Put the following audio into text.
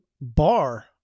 bar